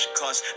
cause